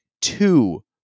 two